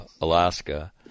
Alaska